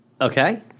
Okay